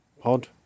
pod